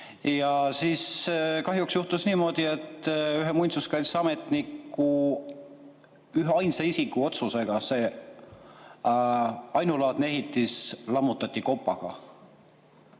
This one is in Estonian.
Ja siis kahjuks juhtus niimoodi, et ühe muinsuskaitseametniku, üheainsa isiku otsusega see ainulaadne ehitis lammutati kopaga.